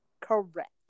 correct